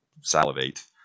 salivate